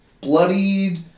bloodied